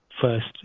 first